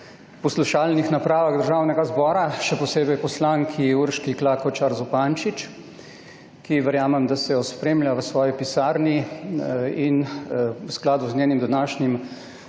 poslušalnih napravah Državnega zbora, še posebej poslanki Urški Klakočar Zupančič, ki, verjamem, da sejo spremlja v svoji pisarni. V skladu z njenim današnjim